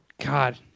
God